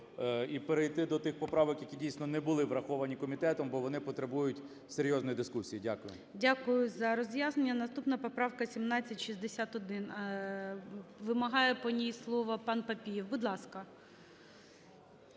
і перейти до тих поправок, які дійсно не були враховані комітетом, бо вони потребують серйозної дискусії. Дякую. ГОЛОВУЮЧИЙ. Дякую за роз'яснення. Наступна поправка 1761. Вимагає по ній слово пан Папієв. Будь ласка.